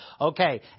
Okay